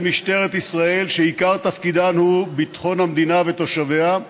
משטרת ישראל שעיקר תפקידן הוא ביטחון המדינה ותושביה,